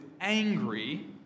angry